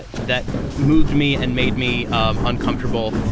that that moved me and made me um uncomfortable.